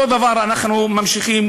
אותו דבר אנחנו ממשיכים.